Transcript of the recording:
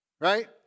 Right